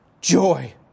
joy